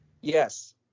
Yes